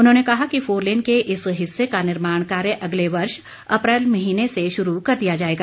उन्होंने कहा कि फोरलेन के इस हिस्से का निर्माण कार्य अगले वर्ष अप्रैल महीने से शुरू कर दिया जाएगा